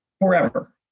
forever